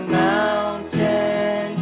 mountain